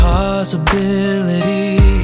possibility